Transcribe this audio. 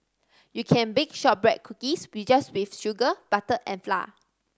you can bake shortbread cookies just with sugar butter and flour